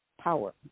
power